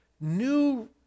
new